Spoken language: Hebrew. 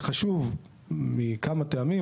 זה חשוב מכמה טעמים,